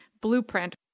blueprint